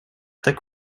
так